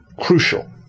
crucial